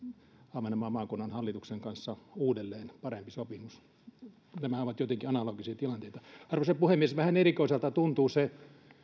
ahvenanmaan maakunnan hallituksen kanssa uudelleen parempi sopimus nämä ovat jotenkin analogisia tilanteita arvoisa puhemies vähän erikoiselta tuntuu se